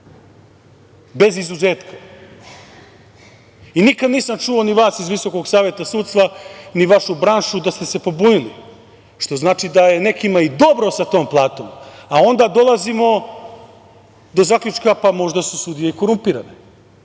bez izuzetka. Nikada nisam čuo, ni vas iz VSS, ni vašu branšu da ste se pobunili, što znači da je nekima i dobro sa tom platom, a onda dolazimo do zaključka, možda su sudije i korumpirane. Ja